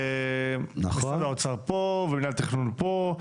משרד האוצר פה, מנהל תכנון פה.